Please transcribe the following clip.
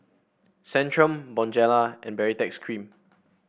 Centrum Bonjela and Baritex Cream